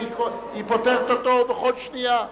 היא פוטרת אותו בכל שנייה.